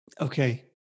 okay